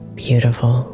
beautiful